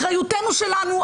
אחריותנו שלנו,